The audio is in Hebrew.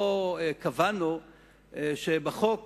לא קבענו בחוק